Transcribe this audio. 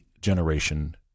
generation